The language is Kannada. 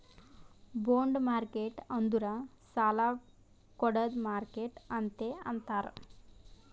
ಬೊಂಡ್ ಮಾರ್ಕೆಟ್ ಅಂದುರ್ ಸಾಲಾ ಕೊಡ್ಡದ್ ಮಾರ್ಕೆಟ್ ಅಂತೆ ಅಂತಾರ್